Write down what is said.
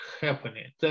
happening